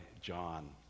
John